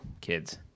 kids